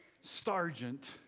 sergeant